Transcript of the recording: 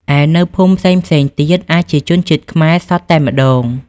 ឯ នៅភូមិផ្សេងៗទៀត អាចជាជនជាតិខ្មែរសុទ្ធតែម្ដង។